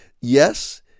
yes